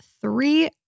three